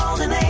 live